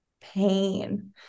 pain